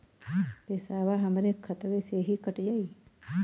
पेसावा हमरा खतवे से ही कट जाई?